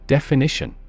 Definition